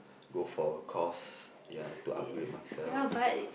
go for course ya to upgrade myself